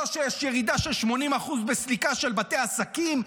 לא שיש ירידה של 80% בסליקה של בתי עסקים,